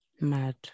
Mad